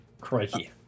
crikey